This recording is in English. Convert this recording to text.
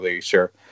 sure